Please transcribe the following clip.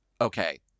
okay